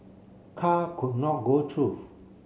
car could not go through